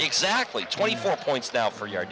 exactly twenty four points down for your